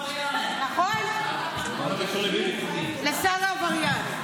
נכון, אתה צודק, זה קשור לשר העבריין.